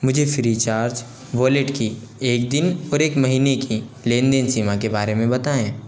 मुझे Freecharge wallet की एक दिन और एक महीने की लेन देन सीमा के बारे में बताएँ